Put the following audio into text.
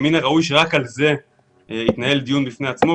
מן הראוי שרק על זה יתנהל דיון בפני עצמו,